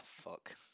fuck